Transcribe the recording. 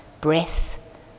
breath